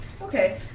Okay